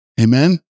Amen